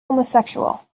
homosexual